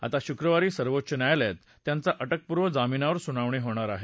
आता शुक्रवारी सर्वोच्च न्यायालयात त्यांच्या अटक पूर्व जामिनावर सुनावणी होणार आहे